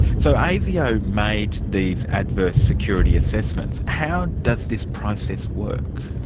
so asio made these adverse security assessments. how does this process work?